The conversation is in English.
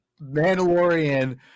Mandalorian